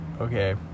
Okay